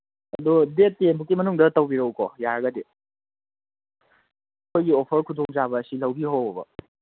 ꯑꯗꯣ date ten ꯐꯥꯎꯕꯒꯤ ꯃꯅꯨꯡꯗ ꯇꯧꯕꯤꯔꯛꯎꯀꯣ ꯌꯥꯔꯒꯗꯤ ꯑꯩꯈꯣꯏꯒꯤ ꯑꯣꯐꯔ ꯈꯨꯗꯣꯡꯆꯥꯕ ꯑꯁꯤ ꯂꯧꯕꯤꯍꯧꯋꯣꯕ